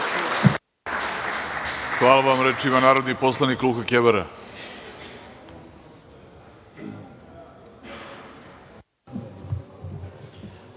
Hvala vam. Reč ima narodni poslanik Luka Kebara.